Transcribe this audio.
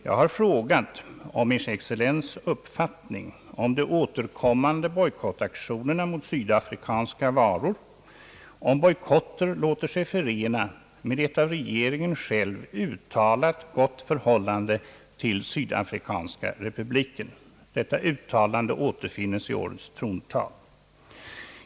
Jag har frågat om Ers excellens” uppfattning om de återkommande bojkottaktionerna mot sydafrikanska varor och om bojkotter låter sig förena med ett av regeringen själv uttalat gott förhållande till Sydafrikanska republiken. Detta uttalande återfinnes i årets trontal.